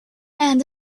and